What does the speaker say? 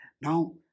Now